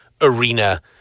arena